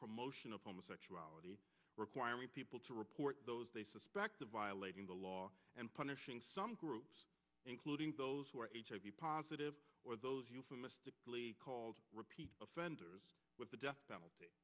promotion of homosexuality requiring people to report those they suspect violating the law and punishing some groups including those who are hiv positive or those euphemistically called repeat offenders with the death penalty